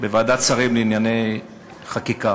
בוועדת שרים לענייני חקיקה